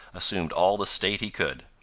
assumed all the state he could.